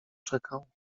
czekał